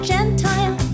Gentile